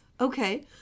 Okay